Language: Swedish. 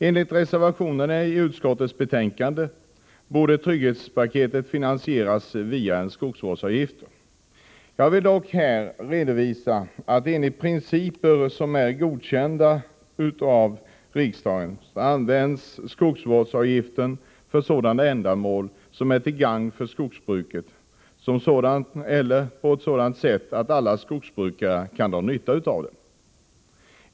Enligt reservationerna till utskottets betänkande borde trygghetspaketet finansieras med skogsvårdsavgifter. Jag vill dock här redovisa att skogsvårdsavgiften enligt principer som är godkända av riksdagen används för sådana ändamål som är till gagn för skogsbruket som sådant eller på sådant sätt att alla skogsbrukare kan dra nytta av dem.